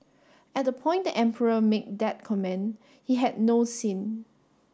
at the point the emperor make that comment he had no sin